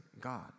God